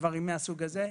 דברים מהסוג הזה,